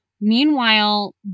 Meanwhile